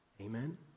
Amen